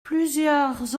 plusieurs